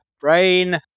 brain